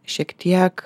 šiek tiek